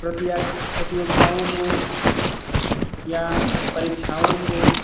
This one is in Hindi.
प्रतियागी प्रतियोगिताओं को या परीक्षाओं को